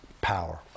Power